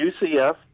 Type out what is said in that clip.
UCF